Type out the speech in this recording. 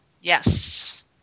Yes